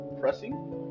pressing